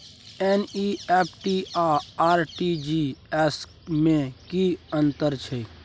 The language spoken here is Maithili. एन.ई.एफ.टी आ आर.टी.जी एस में की अन्तर छै?